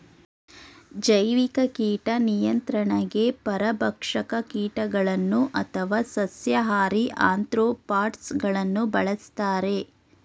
ಜೈವಿಕ ಕೀಟ ನಿಯಂತ್ರಣಗೆ ಪರಭಕ್ಷಕ ಕೀಟಗಳನ್ನು ಅಥವಾ ಸಸ್ಯಾಹಾರಿ ಆಥ್ರೋಪಾಡ್ಸ ಗಳನ್ನು ಬಳ್ಸತ್ತರೆ